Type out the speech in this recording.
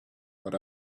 but